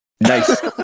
Nice